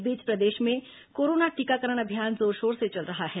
इस बीच प्रदेश में कोरोना टीकाकरण अभियान जोरशोर से चल रहा है